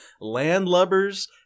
landlubbers